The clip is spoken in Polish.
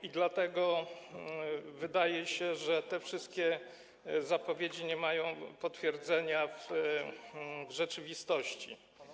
I dlatego wydaje się, że te wszystkie zapowiedzi nie mają potwierdzenia w rzeczywistości.